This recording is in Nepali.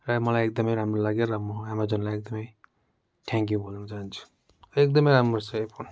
र मलाई एकदमै राम्रो लाग्यो र म एमाजोनलाई एकदमै थ्याङ्कयू भन्न चाहन्छु एकदमै राम्रो छ यो फोन